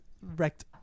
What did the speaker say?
wrecked